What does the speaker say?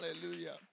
hallelujah